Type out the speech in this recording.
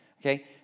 Okay